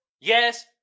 Yes